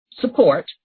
support